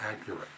accurate